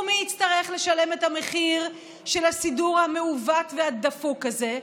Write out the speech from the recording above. ומי יצטרך לשלם את המחיר של הסידור המעוות והדפוק הזה?